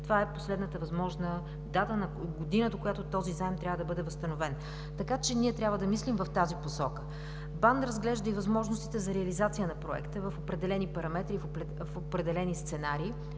Това е последната възможна година, в която този заем трябва да бъде възстановен. Трябва да мислим в тази посока. БАН разглежда и възможностите за реализация на Проекта в определени параметри, в определени сценарии.